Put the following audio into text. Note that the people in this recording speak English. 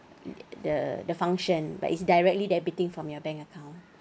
the the function but it's directly debiting from your bank account